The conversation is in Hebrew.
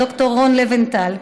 ד"ר רון לבנטל,